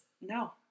no